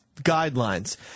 guidelines